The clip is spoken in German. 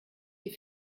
die